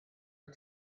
wyt